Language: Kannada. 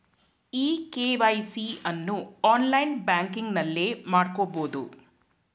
ಇ ಕೆ.ವೈ.ಸಿ ಅನ್ನು ಆನ್ಲೈನ್ ಬ್ಯಾಂಕಿಂಗ್ನಲ್ಲೇ ಮಾಡ್ಕೋಬೋದು